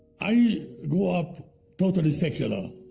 i grew up totally secular.